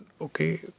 okay